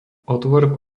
otvor